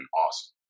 awesome